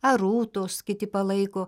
ar rūtos kiti palaiko